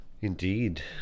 Indeed